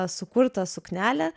sukurtą suknelę